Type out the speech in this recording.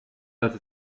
dass